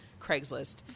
Craigslist